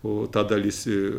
o ta dalis